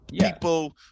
people